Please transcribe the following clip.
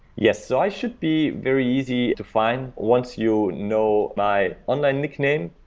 yes. i should be very easy to find. once you know my online nickname,